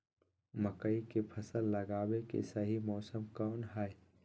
मकई के फसल लगावे के सही मौसम कौन हाय?